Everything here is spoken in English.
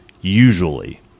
usually